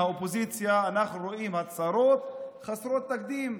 מהאופוזיציה אנחנו רואים הצהרות חסרות תקדים.